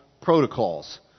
protocols